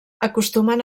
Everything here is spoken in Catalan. acostumen